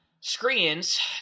screens